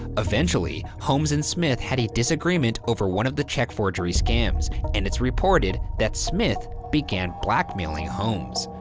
eventually, holmes and smith had a disagreement over one of the check forgery scams and it's reported that smith began blackmailing holmes.